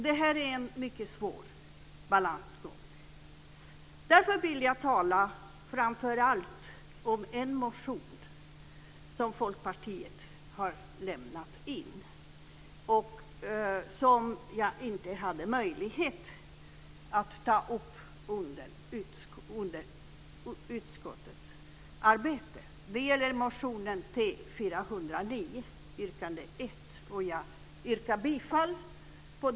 Detta är en mycket svår balansgång. Därför vill jag framför allt tala om en motion som Folkpartiet har lämnat in och som jag inte hade möjlighet att ta upp under utskottets arbete. Det gäller motionen T409 yrkande 1, som jag yrkar bifall till.